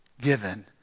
given